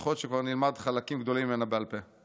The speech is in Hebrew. יכול להיות שכבר נלמד חלקים גדולים ממנה בעל פה.